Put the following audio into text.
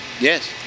Yes